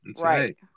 Right